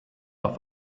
auf